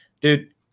Dude